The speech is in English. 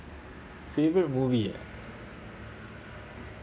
favourite movie ah